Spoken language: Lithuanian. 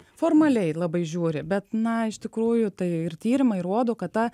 formaliai labai žiūri bet na iš tikrųjų tai ir tyrimai rodo kad ta